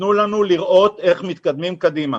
תנו לנו לראות איך מתקדמים קדימה.